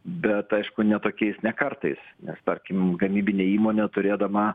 bet aišku ne tokiais ne kartais nes tarkim gamybinė įmonė turėdama